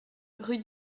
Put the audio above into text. rue